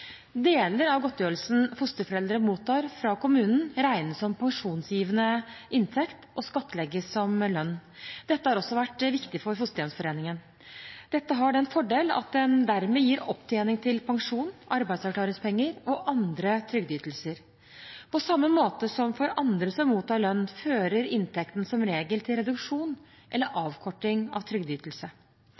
Deler av godtgjørelsen fosterforeldre mottar fra kommunen, regnes som pensjonsgivende inntekt og skattlegges som lønn. Dette har også vært viktig for Fosterhjemsforeningen. Dette har den fordelen at den dermed gir opptjening til pensjon, arbeidsavklaringspenger og andre trygdeytelser. På samme måte som for andre som mottar lønn, fører inntekten som regel til reduksjon eller avkorting av en trygdeytelse.